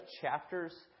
chapters